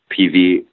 PV